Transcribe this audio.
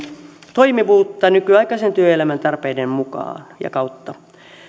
toimivuutta nykyaikaisen työelämän tarpeiden mukaan ja kautta